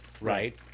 right